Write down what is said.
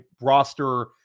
roster